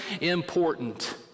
important